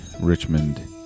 Richmond